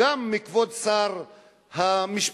גם מכבוד שר המשפטים,